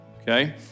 okay